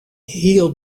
heel